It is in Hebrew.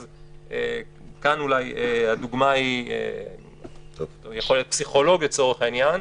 אז כאן אולי הדוגמה יכולה להיות פסיכולוג לצורך העניין.